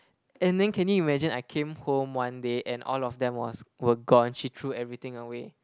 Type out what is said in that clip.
and then can you imagine I came home one day and all of them was were gone she threw everything away